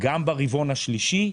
גם ברבעון השלישי,